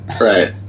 Right